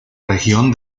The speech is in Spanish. región